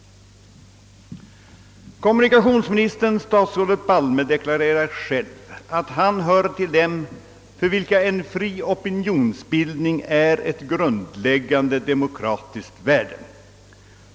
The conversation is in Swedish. Kommunikationsministern statsrådet Palme deklarerar ju själv att han hör till dem för vilka en fri opinionsbildning är ett grundläggande demokratiskt värde.